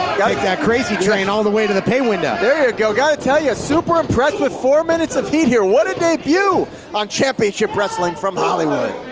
that crazy train all the way to the pay window. there you go. gotta tell you, super impressed with four minutes of heat here. what a debut on championship wrestling from hollywood!